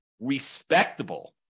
respectable